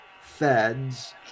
feds